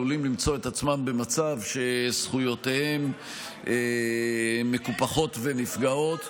עלולים למצוא את עצמם במצב שזכויותיהם מקופחות ונפגעות.